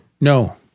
No